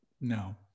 No